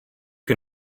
can